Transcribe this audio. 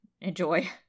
enjoy